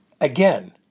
again